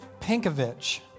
Pinkovich